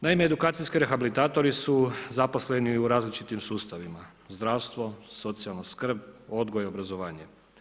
Naime edukacijski rehabilitatori su zaposleni u različitim sustavima zdravstvo, socijalna skrb, odgoj i obrazovanje.